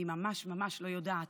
אני ממש ממש לא יודעת.